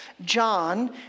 John